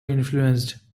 influenced